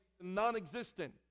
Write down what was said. non-existent